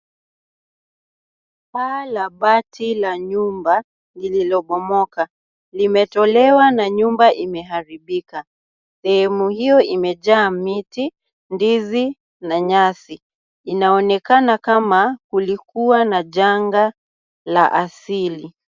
Paa la bati la nyumba lililobomoka limetolewa na nyumba imeharibika. Sehemu hiyo imejaa miti, ndizi na nyasi. Inaonekana kama kulikua na janga la asili.